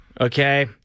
Okay